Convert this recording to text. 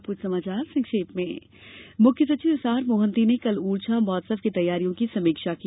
अब कुछ समाचार संक्षेप में मुख्य सचिव एसआर मोहंती ने कल ओरछा महोत्सव की तैयारियों की समीक्षा की